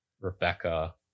Rebecca